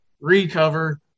recover